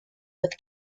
with